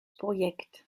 projekt